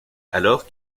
alors